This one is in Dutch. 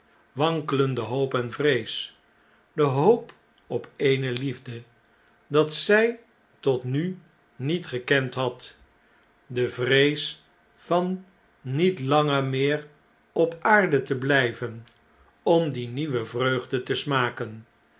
wankelende hoop en vrees de hoop op eene liefde dat zjj tot nu niet gekend had de vrees van niet langer meer op de aarde te blflven om die nieuwe vreugde te smaken